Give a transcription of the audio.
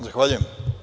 Zahvaljujem.